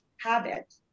habit